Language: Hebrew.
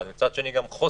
השאלה, מי פה קובע?